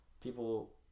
people